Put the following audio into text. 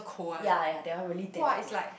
ya ya that one really damn cold